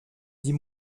die